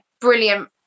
brilliant